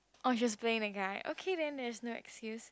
oh she was playing the guy okay then there's no excuse